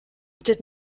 did